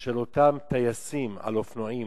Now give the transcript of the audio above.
של אותם טייסים על אופנועים,